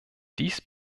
dies